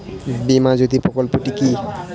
বীমা জ্যোতি প্রকল্পটি কি?